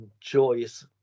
joyous